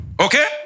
Okay